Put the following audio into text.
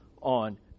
on